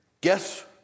guess